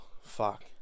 fuck